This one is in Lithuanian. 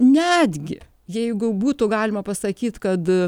netgi jeigu būtų galima pasakyt kad